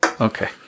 Okay